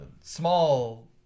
Small